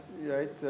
right